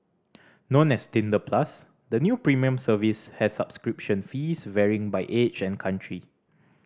known as Tinder Plus the new premium service has subscription fees varying by age and country